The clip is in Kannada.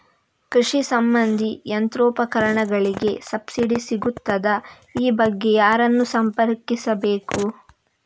ಕೃಷಿ ಸಂಬಂಧಿ ಯಂತ್ರೋಪಕರಣಗಳಿಗೆ ಸಬ್ಸಿಡಿ ಸಿಗುತ್ತದಾ? ಈ ಬಗ್ಗೆ ಯಾರನ್ನು ಸಂಪರ್ಕಿಸಬೇಕು?